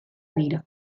dira